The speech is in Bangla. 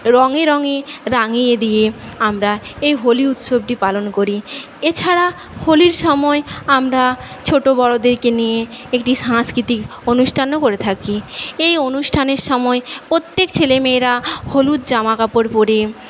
রঙে রঙে রাঙিয়ে দিয়ে আমরা এই হোলি উৎসবটি পালন করি এছাড়া হোলির সময়ে আমরা ছোট বড়দেরকে নিয়ে একটি সাংস্কৃতিক অনুষ্ঠানও করে থাকি এই অনুষ্ঠানের সময়ে প্রত্যেক ছেলে মেয়েরা হলুদ জামা কাপড় পরে